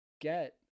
get